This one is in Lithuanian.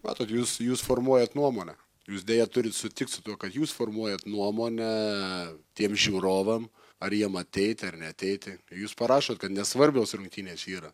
matote jūs jūs formuojat nuomonę jūs deja turit sutikt su tuo kad jūs formuojat nuomonę tiem žiūrovam ar jiem ateiti ar neateiti jūs parašot kad nesvarbios rungtynės yra